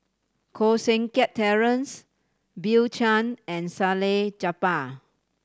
Koh Seng Kiat Terence Bill Chen and Salleh Japar